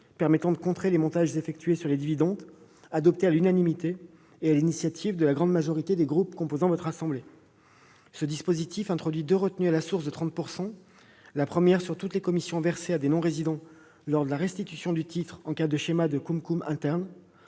permettant de contrer les montages effectués sur les dividendes, adopté à l'unanimité, sur l'initiative de la grande majorité des groupes composant votre assemblée. Ce dispositif introduit deux retenues à la source de 30 %: la première sur toutes les commissions versées à des non-résidents lors de la restitution du titre, en cas de schéma de « CumCum » interne